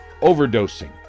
overdosing